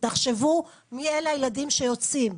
תחשבו מי אלה הילדים שיוצאים.